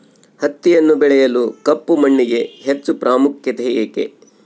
ಹತ್ತಿಯನ್ನು ಬೆಳೆಯಲು ಕಪ್ಪು ಮಣ್ಣಿಗೆ ಹೆಚ್ಚು ಪ್ರಾಮುಖ್ಯತೆ ಏಕೆ?